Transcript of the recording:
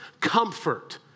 comfort